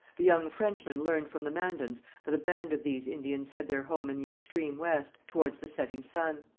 the young frenchmen learned from the mandans that a band of these indians had their home in the extreme west, towards the setting sun.